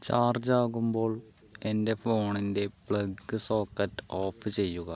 charge ആകുമ്പോൾ എൻ്റെ ഫോണിൻ്റെ പ്ലഗ് സോക്കറ്റ് ഓഫ് ചെയ്യുക